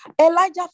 Elijah